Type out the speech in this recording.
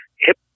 hip